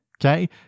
okay